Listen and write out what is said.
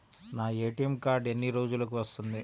నా ATM card ఎన్ని రోజులకు వస్తుంది?